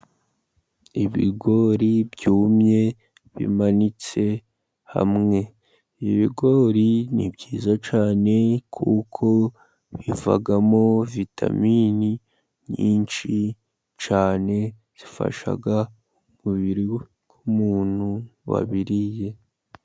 Ibigori byumye bimanitse hamwe. Ibigori ni byiza cyane, kuko bivamo vitamini nyinshi cyane, zifasha umubiri w'umuntu wabiriye.